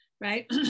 right